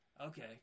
Okay